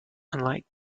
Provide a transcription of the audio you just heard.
unlike